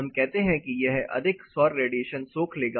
हम कहते हैं कि यह अधिक सौर रेडिएशन सोख लेगा